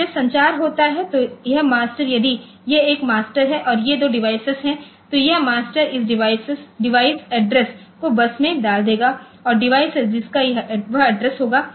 अब जब संचार होता है तो यह मास्टर यदि यह एक मास्टर है और ये दो डिवाइस हैं तो यह मास्टर इस डिवाइस एड्रेस को बस में डाल देगा और डिवाइस जिसका वह एड्रेस होगा